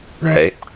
right